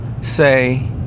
say